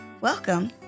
Welcome